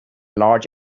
large